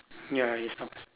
ya it is not